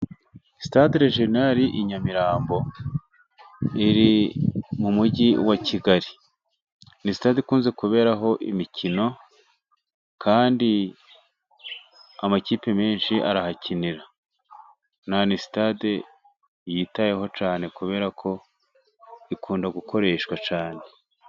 Sitade rejiyonari i Nyamirambo iri mu mugi wa Kigali, ni sitade ikunze kuberaho imikino, kandi amakipe menshi arahakinira, ni sitade yitaweho cyane kubera ko ikunda gukoreshwa cyane.